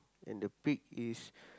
and the pig is